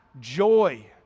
joy